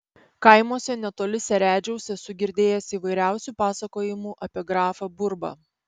kaimuose netoli seredžiaus esu girdėjęs įvairiausių pasakojimų apie grafą burbą